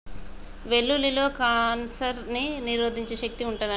వెల్లుల్లిలో కాన్సర్ ని నిరోధించే శక్తి వుంటది అంట